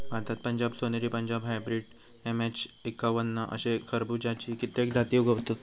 भारतात पंजाब सोनेरी, Punjab hybrid, MH एक्कावन्न अशे खरबुज्याची कित्येक जाती उगवतत